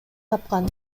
тапкан